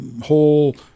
whole